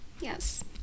Yes